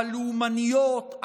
הלאומניות,